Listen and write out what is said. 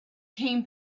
came